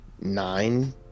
nine